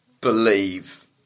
believe